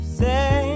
say